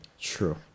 true